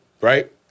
right